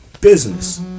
business